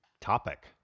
topic